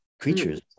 creatures